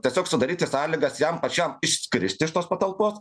tiesiog sudaryti sąlygas jam pačiam išskristi iš tos patalpos